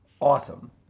awesome